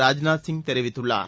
ராஜ் நாத் சிங் தெரிவித்துள்ளார்